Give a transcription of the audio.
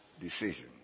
decision